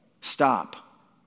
Stop